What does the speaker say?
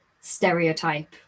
stereotype